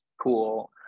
cool